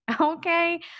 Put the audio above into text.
Okay